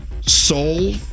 soul